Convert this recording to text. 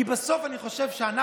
כי בסוף אני חושב שאנחנו,